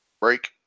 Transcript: Break